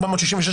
466,